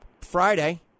Friday